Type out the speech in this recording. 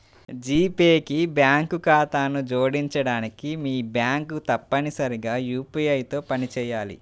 G Pay కి bank ఖాతాను జోడించడానికి, మీ బ్యాంక్ తప్పనిసరిగా యూ.పీ.ఐ తో పనిచేయాలి